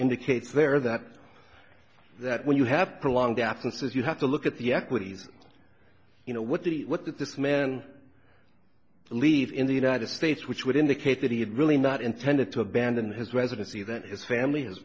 indicates there that that when you have prolonged absence as you have to look at the equities you know what the what this man leaves in the united states which would indicate that he had really not intended to abandon his residency that his family his